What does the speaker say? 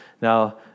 now